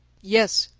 yes,